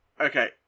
okay